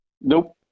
Nope